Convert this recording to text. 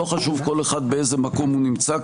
לא חשוב באיזה מקום נמצא כל אחד,